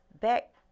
Back